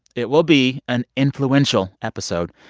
it will be an influential episode.